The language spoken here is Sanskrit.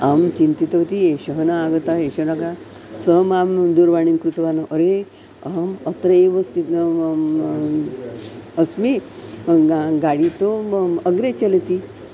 अहं चिन्तितवती एषः न आगतः एषः न ग सः मां दूरवाणीं कृतवान् अरे अहम् अत्रैव अस्मि गा गाडि तु अग्रे चलति